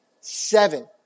seven